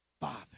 Father